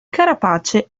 carapace